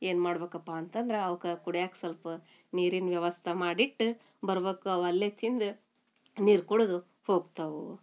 ಏನ್ಮಾಡ್ಬೇಕಪ್ಪಾ ಅಂತಂದ್ರೆ ಅವ್ಕ ಕುಡ್ಯಾಕ ಸ್ವಲ್ಪ ನೀರಿನ ವ್ಯವಸ್ಥ ಮಾಡಿಟ್ಟು ಬರ್ಬೇಕು ಅವಲ್ಲೇ ತಿಂದು ನೀರು ಕುಡುದು ಹೋಗ್ತವು